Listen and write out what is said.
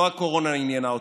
לא הקורונה עניינה אותו,